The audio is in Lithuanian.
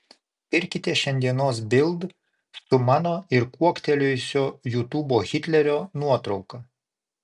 pirkite šiandienos bild su mano ir kuoktelėjusio jutubo hitlerio nuotrauka